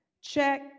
Check